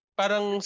parang